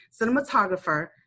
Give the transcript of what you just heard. cinematographer